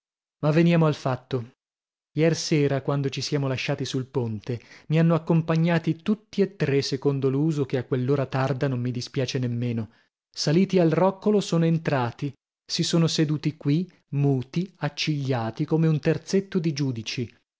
ma veniamo al fatto iersera quando ci siamo lasciati sul ponte mi hanno accompagnato tutti e tre secondo l'uso che a quell'ora tarda non mi dispiace nemmeno saliti al roccolo sono entrati si sono seduti qui muti accigliati come un terzetto di giudici